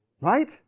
Right